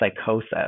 psychosis